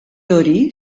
hori